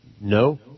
No